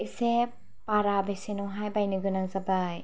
इसे बारा बेसेनावहाय बायनो गोनां जाबाय